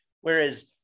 Whereas –